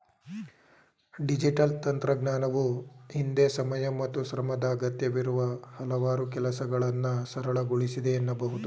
digital ತಂತ್ರಜ್ಞಾನವು ಹಿಂದೆ ಸಮಯ ಮತ್ತು ಶ್ರಮದ ಅಗತ್ಯವಿರುವ ಹಲವಾರು ಕೆಲಸಗಳನ್ನ ಸರಳಗೊಳಿಸಿದೆ ಎನ್ನಬಹುದು